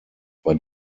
bei